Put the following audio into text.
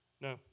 No